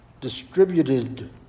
distributed